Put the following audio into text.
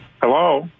Hello